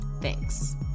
Thanks